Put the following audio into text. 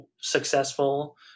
successful